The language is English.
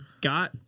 got